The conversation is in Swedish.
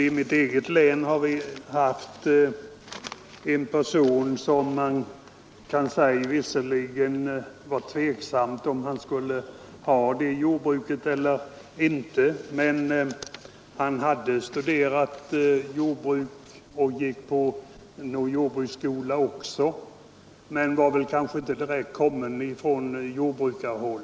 I mitt hemlän fanns en person, om vilken man kan säga att det var tveksamt huruvida han borde få köpa det jordbruk han ville ha. Men han hade i alla fall studerat jordbruk och gick också på en jordbruksskola, även om han väl inte direkt kom från jordbrukarleden.